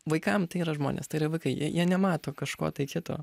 vaikam tai yra žmonės tai yra vaikai jie nemato kažko tai kito